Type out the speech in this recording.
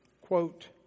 Quote